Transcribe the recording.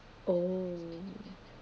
oh